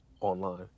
online